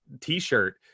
t-shirt